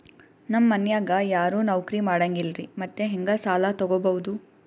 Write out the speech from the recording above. ನಮ್ ಮನ್ಯಾಗ ಯಾರೂ ನೌಕ್ರಿ ಮಾಡಂಗಿಲ್ಲ್ರಿ ಮತ್ತೆಹೆಂಗ ಸಾಲಾ ತೊಗೊಬೌದು?